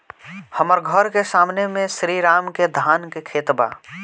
हमर घर के सामने में श्री राम के धान के खेत बा